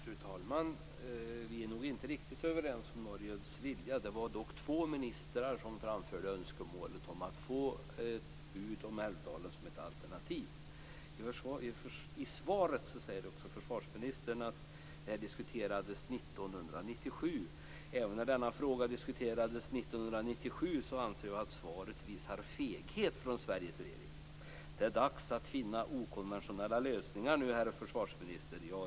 Fru talman! Vi är nog inte riktigt överens om Norges vilja. Det var dock två ministrar som framförde önskemålet om att få ett bud om Älvdalen som ett alternativ. I svaret säger också försvarsministern att det här diskuterades 1997. Även när denna fråga diskuterades 1997 anser jag att svaret visar feghet från Sveriges regering. Det är dags att finna okonventionella lösningar nu, herr försvarsminister.